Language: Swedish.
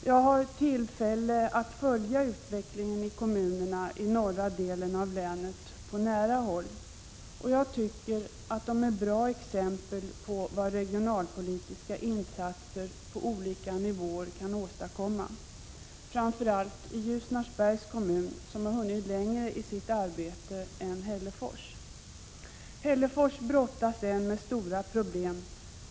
Jag har haft tillfälle att följa utvecklingen i kommunerna i norra delen av länet på nära håll, och jag tycker de är bra exempel på vad regionalpolitiska insatser på olika nivåer kan åstadkomma — framför allt Ljusnarsbergs kommun, som hunnit längre i sitt arbete än Hällefors. Hällefors brottas än med stora problem.